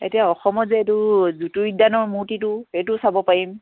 এতিয়া অসমত যে এইটো জ্য়োতি উদ্যানৰ মূৰ্তিটো এইটো চাব পাৰিম